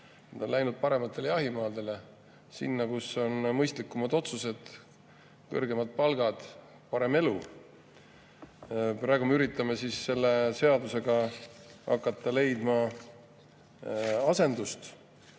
Nad on läinud parematele jahimaadele, sinna, kus on mõistlikumad otsused, kõrgemad palgad, parem elu. Me üritame selle seadusega hakata asendust